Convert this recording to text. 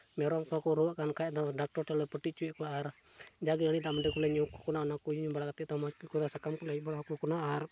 ᱢᱮᱨᱚᱢ ᱠᱚᱦᱚᱠᱚ ᱨᱩᱣᱟᱹᱜ ᱠᱷᱟᱡ ᱫᱚ ᱰᱟᱠᱛᱟᱨ ᱴᱷᱮᱱ ᱞᱮ ᱯᱟᱹᱴᱤ ᱦᱚᱪᱚᱭᱮᱫ ᱠᱚᱣᱟ ᱟᱨ ᱡᱟᱜᱮ ᱫᱟᱜ ᱢᱟᱹᱰᱤ ᱠᱚᱞᱮ ᱧᱩ ᱟᱠᱚ ᱠᱟᱱᱟ ᱚᱱᱟᱠᱚ ᱧᱩ ᱵᱟᱲᱟ ᱠᱟᱛᱮᱫ ᱢᱚᱡᱽ ᱜᱮ ᱚᱱᱟ ᱠᱚᱞᱮ ᱦᱮᱡᱽ ᱵᱟᱲᱟ ᱟᱠᱚ ᱠᱟᱱᱟ ᱟᱨ